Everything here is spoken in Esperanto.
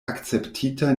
akceptita